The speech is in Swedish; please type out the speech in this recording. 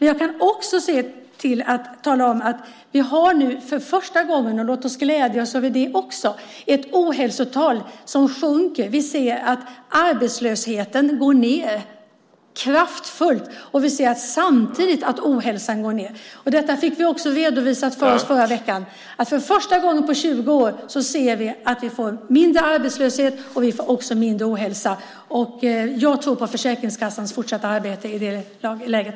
Jag kan också tala om att vi nu för första gången har - låt oss glädjas över det också - ett ohälsotal som sjunker. Vi ser att arbetslösheten går ned kraftigt, och vi ser samtidigt att ohälsan går ned. Detta fick vi också redovisat för oss förra veckan. För första gången på 20 år ser vi att vi får mindre arbetslöshet och även mindre ohälsa. Jag tror på Försäkringskassans fortsatta arbete i det läget.